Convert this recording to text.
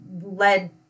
led